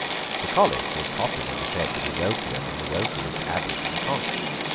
the college was popularly said to be wealthier than the wealthiest abbeys of the continent.